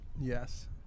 Yes